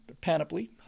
panoply